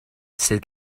sydd